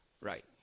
right